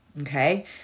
Okay